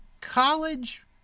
College